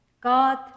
God